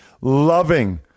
loving